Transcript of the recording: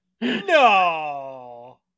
No